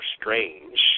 strange